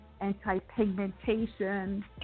anti-pigmentation